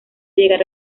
llegar